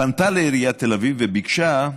פנתה לעיריית תל אביב וביקשה,